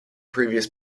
previous